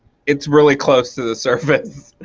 it's really close to the surface.